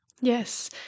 Yes